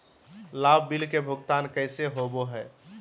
लाभ बिल के भुगतान कैसे होबो हैं?